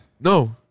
No